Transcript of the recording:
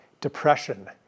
depression